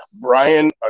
Brian